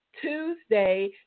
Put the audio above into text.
Tuesday